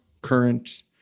current